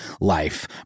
life